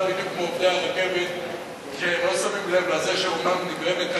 בדיוק כמו עובדי הרכבת כשהם לא שמים לב לזה שאומנם נגרמת,